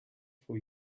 for